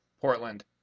portland